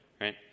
right